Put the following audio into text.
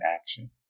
action